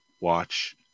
watch